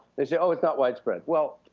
they say oh, it's not widespread. well,